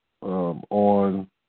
on